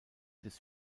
des